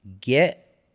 get